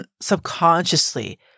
subconsciously